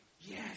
Yes